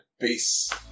Peace